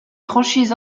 franchises